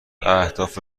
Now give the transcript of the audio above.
اهداف